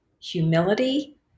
humility